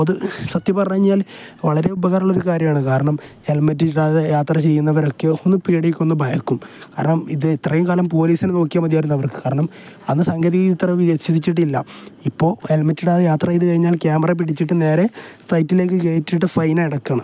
അത് സത്യം പറഞ്ഞു കഴിഞ്ഞാൽ വളരെ ഉപകാരമുള്ള ഒരു കാര്യമാണ് കാരണം ഹെൽമറ്റിടാതെ യാത്ര ചെയ്യുന്നവരൊക്കെ ഒന്ന് പേടിക്കും ഒന്ന് ഭയക്കും കാരണം ഇത് ഇത്രയും കാലം പോലീസിനെ നോക്കിയാൽ മതിയായിരുന്നു അവർക്ക് കാരണം അന്ന് സാങ്കേതിക ഇത്ര വികസിച്ചിച്ചിട്ടില്ല ഇപ്പോൾ ഹെൽമെറ്റിടാതെ യാത്ര ചെയ്തു കഴിഞ്ഞാൽ ക്യാമറ പിടിച്ചിട്ട് നേരെ സൈറ്റിലേക്ക് കേറ്റിയിട്ട് ഫൈന അടയ്ക്കണം